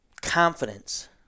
confidence